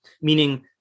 meaning